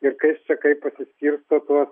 ir kas čia kaip pasiskirsto tuos